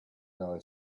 yellow